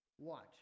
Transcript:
Watch